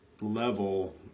level